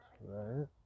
right